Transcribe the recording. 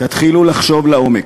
תתחילו לחשוב לעומק,